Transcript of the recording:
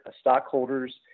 stockholders